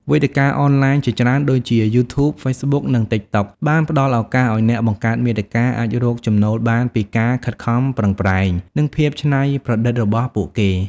វេទិកាអនឡាញជាច្រើន ដូចជា យូធូប ហ្វេសប៊ុក និង តិកតុក បានផ្តល់ឱកាសឲ្យអ្នកបង្កើតមាតិកាអាចរកចំណូលបានពីការខិតខំប្រឹងប្រែង និងភាពច្នៃប្រឌិតរបស់ពួកគេ។